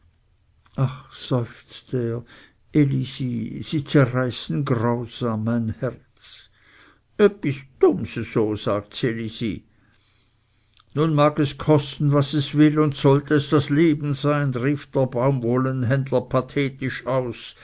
er elise sie zerreißen grausam mein herz öppis dumms eso sagt ds elisi nun mag es kosten was es will und sollte es das leben sein rief der baumwollenhändler pathetisch aus